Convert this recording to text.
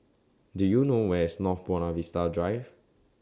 Do YOU know Where IS North Buona Vista Drive